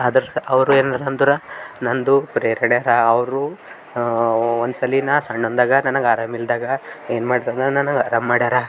ಆದರ್ಸೆ ಅವರು ಏನಿದೆ ಅಂದ್ರೆ ನನ್ನದು ಪ್ರೇರಣೆ ಅರ ಅವರು ಒಂದ್ಸಲ ನಾನು ಸಣ್ಣಂದಾಗ ನನಗೆ ಆರಾಮ ಇಲ್ಲದಾಗ ಏನು ಮಾಡಿದರು ಅಂದ್ರೆ ನನಗೆ ಆರಾಮ ಮಾಡ್ಯಾರ